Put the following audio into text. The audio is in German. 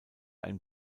ein